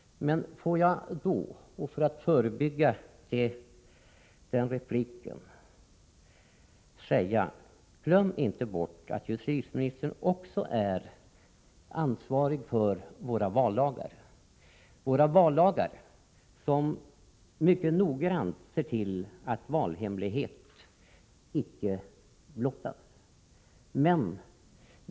Får jag för att förebygga den repliken säga till justitieministern: Glöm inte att justitieministern också är ansvarig för våra vallagar, där det mycket noga stadgas att valhemligheten icke får blottas.